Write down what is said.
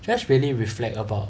just really reflect about